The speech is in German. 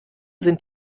sind